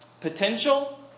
potential